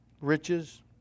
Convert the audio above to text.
Riches